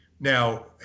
now